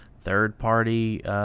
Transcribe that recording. third-party